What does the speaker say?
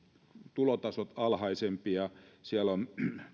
tulotasot alhaisempia siellä on